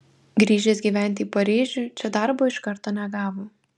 grįžęs gyventi į paryžių čia darbo iš karto negavo